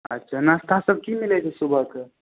अच्छा नाश्तासब की मिलै छै सुबहके